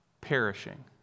perishing